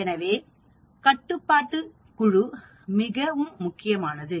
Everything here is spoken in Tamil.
எனவே கட்டுப்பாட்டு குழு மிகவும் முக்கியமானது